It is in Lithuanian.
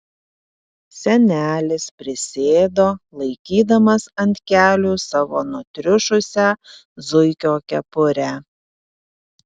senelis prisėdo laikydamas ant kelių savo nutriušusią zuikio kepurę